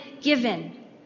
given